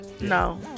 No